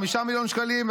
5 מיליון שקלים,